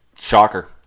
Shocker